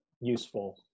useful